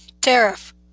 Tariff